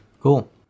Cool